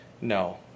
No